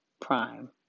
Prime